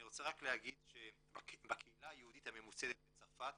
אני רוצה רק להגיד שבקהילה היהודית הממוסדת בצרפת